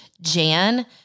Jan